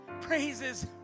praises